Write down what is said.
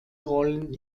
rollen